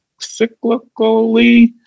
Cyclically